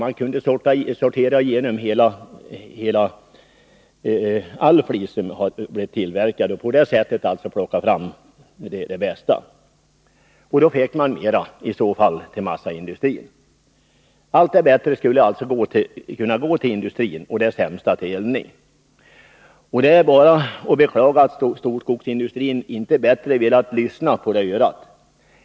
Man kunde sortera all flis som tillverkas och på det sättet plocka fram det bästa. I så fall fick man mera till massaindustrin. Allt det bättre skulle alltså gå till industrin och det sämsta till eldning. Det är bara att beklaga att storskogsindustrin inte bättre har velat lyssna på det örat.